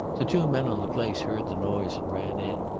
the two men on the place heard the noise and ran in,